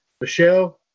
Michelle